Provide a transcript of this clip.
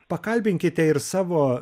pakalbinkite ir savo